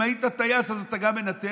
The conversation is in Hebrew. אם היית טייס אז אתה גם מנתח?